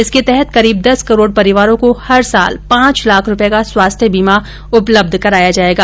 इसके तहत करीब दस करोड परिवारों को हर साल पांच लाख रुपये का स्वास्थ्य बीमा उपलब्ध कराया जाएगा